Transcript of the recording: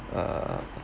err